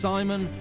Simon